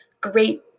great